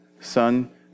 Son